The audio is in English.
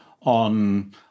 on